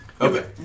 Okay